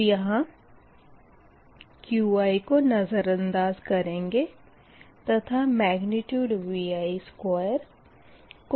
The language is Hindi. तो यहाँ Qi को नज़रअंदाज़ करेंगे तथा Vi2 को